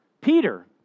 Peter